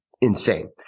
insane